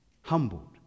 humbled